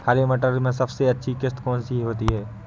हरे मटर में सबसे अच्छी किश्त कौन सी होती है?